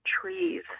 trees